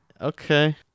Okay